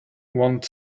want